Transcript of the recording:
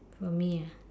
from me ah